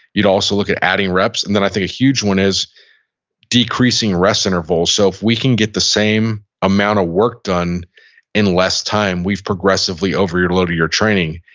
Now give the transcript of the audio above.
you'd also look at adding reps, and then i think a huge one is decreasing rest intervals. so if we can get the same amount of work done in less time, we've progressively overloaded your training.